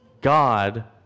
God